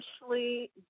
Initially